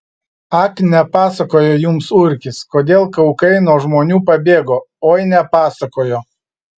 ak nepasakojo jums urkis kodėl kaukai nuo žmonių pabėgo oi nepasakojo